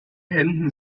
hemden